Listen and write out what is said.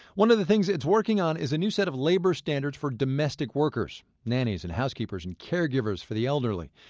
one of the things it's working on is a new set of labor standards for domestic workers nannies and housekeepers and caregivers for the elderly.